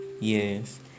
Yes